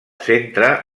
centre